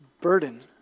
burden